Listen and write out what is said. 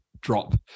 drop